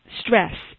stress